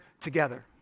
together